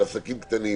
על עסקים קטנים,